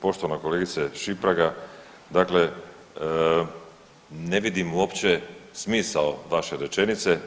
Poštovana kolegice Šimpraga, dakle ne vidim uopće smisao vaše rečenice.